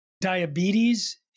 Diabetes